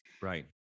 Right